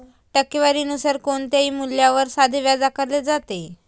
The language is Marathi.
टक्केवारी नुसार कोणत्याही मूल्यावर साधे व्याज आकारले जाते